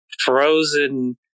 frozen